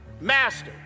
Master